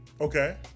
Okay